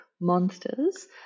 monsters